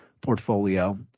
portfolio